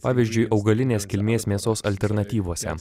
pavyzdžiui augalinės kilmės mėsos alternatyvose